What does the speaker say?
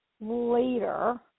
later